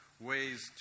ways